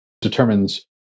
determines